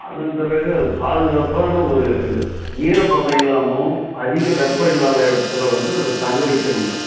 அதன் பிறகு அது பாதுகாப்பான ஒரு ஈரப்பதம் இல்லாம அதிக வெப்பம் இல்லாத இடத்துல வந்து அதை தங்க வைக்கிணுங்க